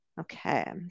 okay